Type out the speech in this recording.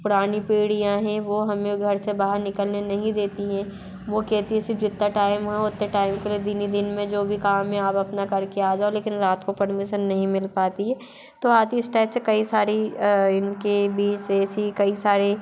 पुरानी पीढ़ियाँ हैं वो हमें घर से बाहर निकलने नहीं देती हैं वो कहती हे सिर्फ जितना टाइम है उतने टाइम के लिए दिन ही दिन में जो भी काम है आप अपना कर के आ जाओ लेकिन रात को परमीसन नहीं मिल पाती है तो यदि इस टाइप से कई सारी इनके बीच ऐसी कई सारे